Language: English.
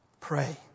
Pray